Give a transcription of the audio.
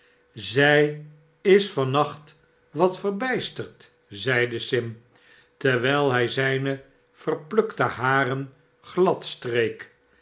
zij is van nacht wat verbijsterd zeide sim terwijl hij zijne ver plukte haren